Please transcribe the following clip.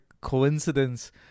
coincidence